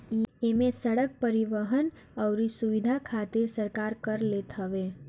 इमे सड़क, परिवहन अउरी सुविधा खातिर सरकार कर लेत हवे